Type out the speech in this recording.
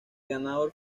ganador